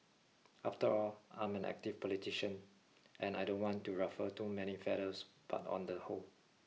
after all I'm an active politician and I don't want to ruffle too many feathers but on the whole